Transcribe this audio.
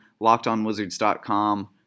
LockedOnWizards.com